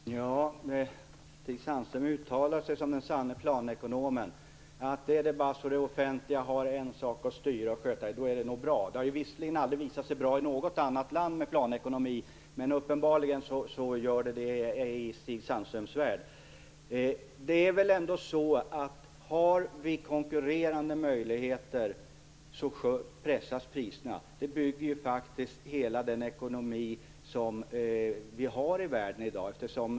Fru talman! Stig Sandström uttalar sig som den sanne planekonomen - om det offentliga bara har en sak att sköta, blir det bra. Planekonomi har visserligen aldrig visat sig vara bra i något annat land. Men uppenbarligen är den det i Stig Sandströms värld. Om det finns konkurrerande möjligheter, pressas priserna. Det bygger all ekonomi i världen på i dag.